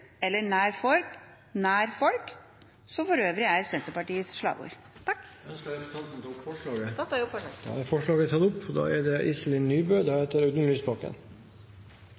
eller «nær folk», som for øvrig er Senterpartiets slagord. Ønsker representanten å ta opp forslaget? Jeg tar opp forslaget. Representanten Anne Tingelstad Wøien har tatt opp det